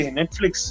Netflix